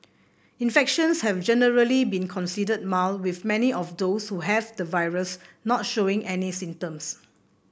infections have generally been considered mild with many of those who have the virus not showing any symptoms